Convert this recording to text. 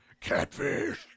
Catfish